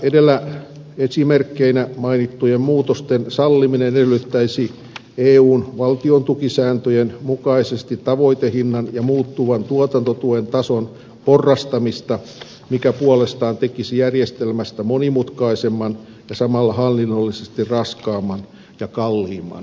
edellä esimerkkeinä mainittujen muutosten salliminen edellyttäisi eun valtiontukisääntöjen mukaisesti tavoitehinnan ja muuttuvan tuotantotuen tason porrastamista mikä puolestaan tekisi järjestelmästä monimutkaisemman ja samalla hallinnollisesti raskaamman ja kalliimman